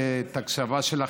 מיותר להעיר על חריגה גם של עשר